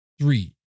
three